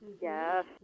Yes